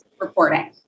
reporting